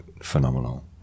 phenomenal